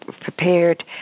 prepared